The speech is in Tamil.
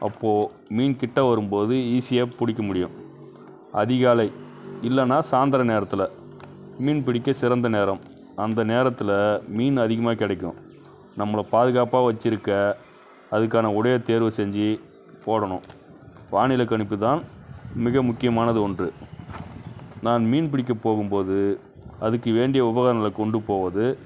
அப்போது மீன் கிட்டே வரும் போது ஈஸியாக பிடிக்க முடியும் அதிகாலை இல்லைன்னா சாயந்தர நேரத்தில் மீன் பிடிக்க சிறந்த நேரம் அந்த நேரத்தில் மீன் அதிகமாக கிடைக்கும் நம்மளை பாதுகாப்பாக வச்சுருக்க அதுக்கான உடையை தேர்வு செஞ்சு போடணும் வானிலை கணிப்பு தான் மிக முக்கியமானது ஒன்று நான் மீன் பிடிக்கப் போகும் போது அதுக்கு வேண்டிய உபகரணங்களை கொண்டு போவது